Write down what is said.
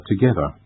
together